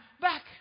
back